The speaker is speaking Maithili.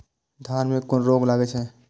धान में कुन रोग लागे छै?